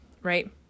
right